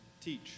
teach